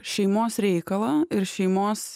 šeimos reikalą ir šeimos